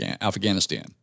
Afghanistan